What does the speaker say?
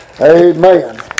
Amen